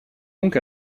donc